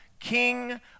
King